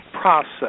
process